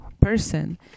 person